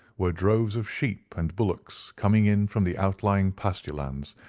were droves of sheep and bullocks coming in from the outlying pasture lands,